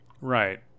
right